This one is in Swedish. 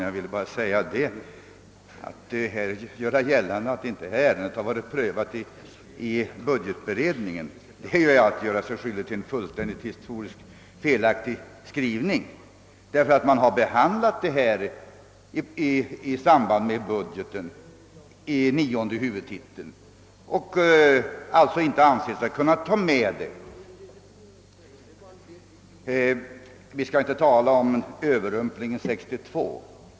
Herr talman! Att göra gällande att detta ärende inte har blivit prövat vid budgetberedningen är en fullständigt felaktig historieskrivning. Detta förslag har nämligen behandlats i samband med budgeten under nionde huvudtiteln, men man har där inte ansett sig kunna ta med det. Vi skall inte tala om en Ööverrump ling år 1962.